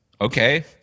Okay